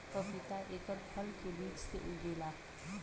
पपीता एकर फल के बीज से उगेला